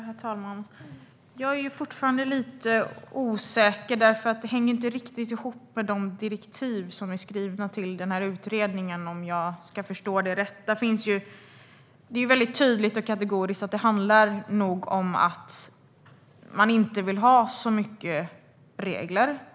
Herr talman! Jag är fortfarande lite osäker. Det hänger inte riktigt ihop med de skrivna direktiven till utredningen, om jag förstår det rätt. Det är väldigt tydligt och kategoriskt att det nog handlar om att man inte vill ha så mycket regler.